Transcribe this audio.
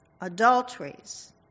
adulteries